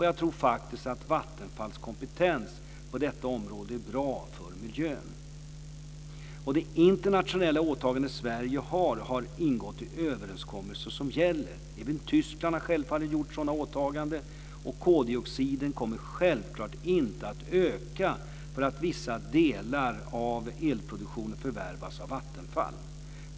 Jag tror faktiskt att Vattenfalls kompetens på detta område är bra för miljön. Det internationella åtagande som Sverige har tagit på sig har ingått i överenskommelser som gäller. Även Tyskland har självfallet gjort sådana åtaganden. Och koldioxiden kommer självklart inte att öka för att vissa delar av elproduktionen förvärvas av Vattenfall.